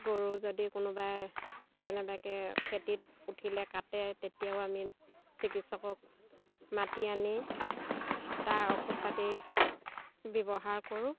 গৰু যদি কোনোবাই কেনেবাকে খেতিত উঠিলে কাটে তেতিয়াও আমি চিকিৎসকক মাতি আনি তাৰ ঔষধ পাতি ব্যৱহাৰ কৰোঁ